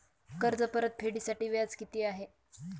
कर्ज परतफेडीसाठी व्याज किती आहे?